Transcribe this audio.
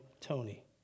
Tony